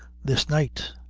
this night.